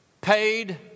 paid